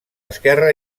esquerre